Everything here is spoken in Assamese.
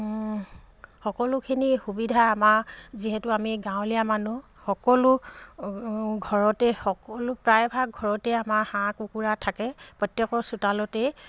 সকলোখিনি সুবিধা আমাৰ যিহেতু আমি গাঁৱলীয়া মানুহ সকলো ঘৰতে সকলো প্ৰায়ভাগ ঘৰতে আমাৰ হাঁহ কুকুৰা থাকে প্ৰত্যেকৰ চোতালতেই